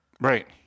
Right